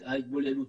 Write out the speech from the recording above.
ההתבוללות